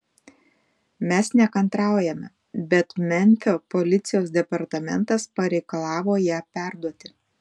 mes nekantraujame bet memfio policijos departamentas pareikalavo ją perduoti